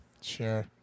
Sure